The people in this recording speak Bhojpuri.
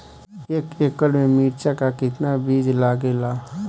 एक एकड़ में मिर्चा का कितना बीज लागेला?